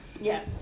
yes